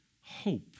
hope